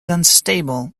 unstable